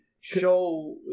show